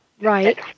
right